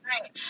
Right